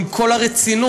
עם כל הרצינות.